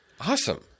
awesome